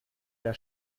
der